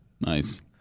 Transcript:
Nice